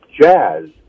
jazz